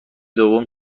دوم